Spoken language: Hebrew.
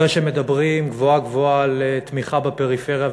אחרי שמדברים גבוהה-גבוהה על תמיכה בפריפריה,